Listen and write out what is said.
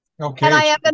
Okay